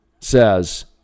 says